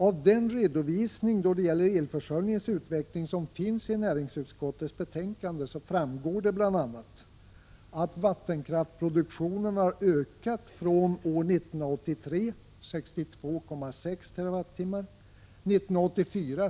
Av den redovisning för elförsörjningens utveckling som finns i näringsutskottets betänkande framgår det bl.a. att vattenkraftsproduktionen ökat från år 1983, då den var 62,6 TWh, till 66,8 TWh år 1984.